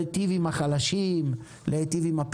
אם אני יכולה להתייחס לסוגיה שהיא